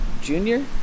junior